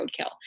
roadkill